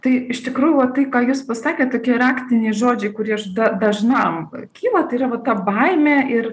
tai iš tikrųjų va tai ką jūs pasakėt tokie raktiniai žodžiai kurį aš da dažnam kyla tai yra va ta baimė ir